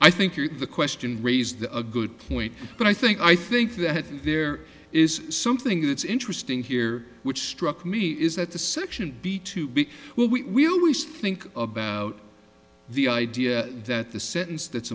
i think you have the question raised a good point but i think i think that there is something that's interesting here which struck me is that the section b two b well we always think about the idea that the sentence that's